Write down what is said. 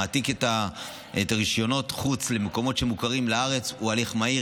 מעתיק את רישיונות החוץ למקומות שמוכרים בארץ ההליך מהיר.